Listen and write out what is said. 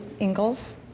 Ingalls